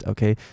Okay